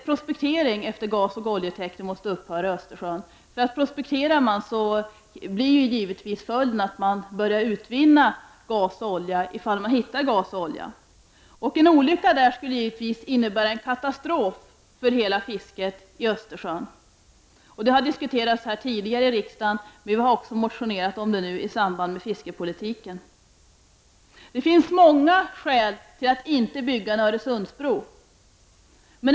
Prospektering efter gas och olja måste upphöra i Östersjön, för prospekterar man blir givetvis följden att man också startar utvinning i fall man hittar gas och olja. En olycka där skulle givetvis innebära en katastrof för hela fisket i Östersjön. Detta har diskuterats här i riksdagen tidigare, men vi har också motionerat i frågan i samband med behandlingen av fiskepolitiken. Det finns många skäl till att inte bygga en Öresundsbro.